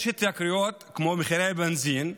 יש התייקרויות, כמו במחירי הבנזין,